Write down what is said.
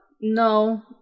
No